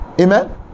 amen